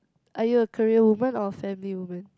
are you a career woman or a family woman